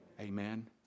Amen